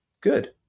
Good